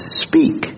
speak